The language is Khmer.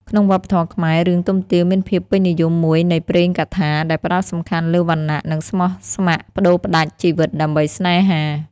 ក្នុងវប្បធម៌ខ្មែរ រឿង ទុំទាវ មានភាពពេញនិយមមួយនៃព្រេងកថា ដែលផ្តោតសំខាន់លើវណ្ណះ និងស្មោះស្ម័គ្រប្តូរផ្តាច់ជីវិតដើម្បីស្នេហា។